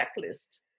checklist